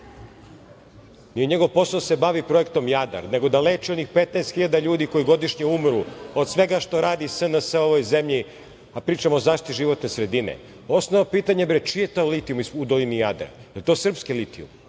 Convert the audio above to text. Nije njegov posao da se bavi projektom Jadar, nego da leči onih 15 hiljada ljudi koji godišnje umiru od svega onoga što radi SNS u ovoj zemlji, a pričam o zaštiti životne sredine. Osnovno pitanje je čiji je to litijum u dolini Jadar? Jel to srpski litijum?